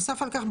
נוסף על כך,